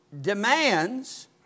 demands